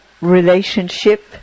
relationship